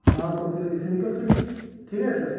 ہاں تو پھر ایسے نکل چلیے ٹھیک ہے سر